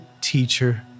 teacher